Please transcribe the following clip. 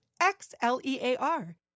X-L-E-A-R